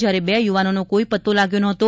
જ્યારે બે યુવાનોનો કોઈ પત્તો લાગ્યો ન હતો